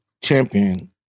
champion